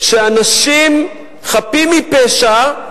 שאנשים חפים מפשע,